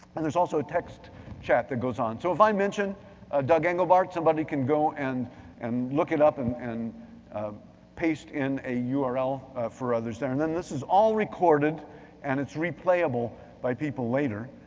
and there's also a text chat that goes on. so if i mention doug englebart, somebody can go and and look it up and and paste in a yeah url for others there. and then this is all recorded and it's replayable by people later.